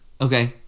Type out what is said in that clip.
Okay